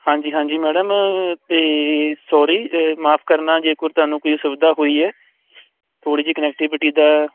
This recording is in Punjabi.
ਹਾਂਜੀ ਹਾਂਜੀ ਮੈਡਮ ਤੇ ਸੋਰੀ ਮਾਫ ਕਰਨਾ ਜੇ ਕੋਈ ਤੁਹਾਨੂੰ ਕੋਈ ਸੁਵਿਧਾ ਹੋਈ ਹੈ ਥੋੜੀ ਜਿਹੀ ਕਨੈਕਟੀਵਿਟੀ ਦਾ